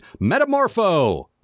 Metamorpho